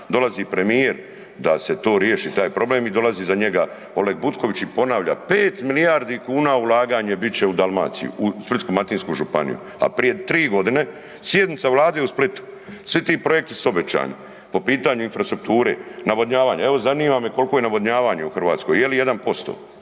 dolazi premijer da se to riješi taj problem i dolazi iza njega Oleg Butković i ponavlja 5 milijardi kuna ulaganje bit će u Dalmaciju u Splitsko-dalmatinsku županiju, a prije tri godine sjednica Vlade u Splitu, svi ti projekti su obećani po pitanju infrastrukture, navodnjavanja. Evo zanima me koliko je navodnjavanja u Hrvatskoj, je li 1%?